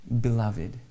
beloved